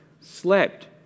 slept